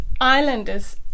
islanders